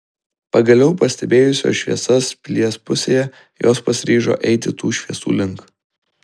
pagaliau pastebėjusios šviesas pilies pusėje jos pasiryžo eiti tų šviesų link